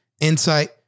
insight